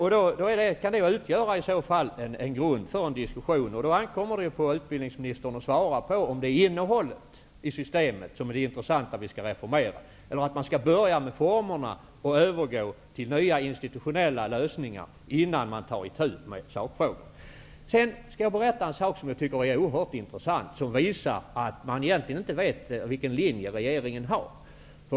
Det kan utgöra en grund för diskussion, och det ankommer då på utbildningsministern att svara på om det är innehållet i systemet som vi skall reformera, eller om vi skall börja med formerna och gå in på nya institutionella lösningar innan vi tar itu med sakfrågorna. Jag vill vidare berätta något som jag tycker är oerhört intressant och som visar att man egentligen inte vet vilken linje regeringen har.